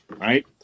right